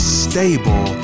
stable